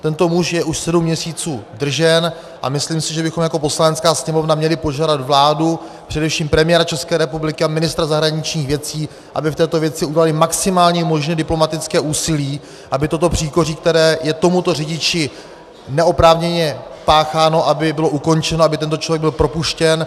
Tento muž je už sedm měsíců držen a myslím si, že bychom jako Poslanecká sněmovna měli požádat vládu, především premiéra České republiky a ministra zahraničních věcí, aby v této věci udělali maximálně možné diplomatické úsilí, aby toto příkoří, které je tomuto řidiči neoprávněně pácháno, bylo ukončeno, aby tento člověk byl propuštěn.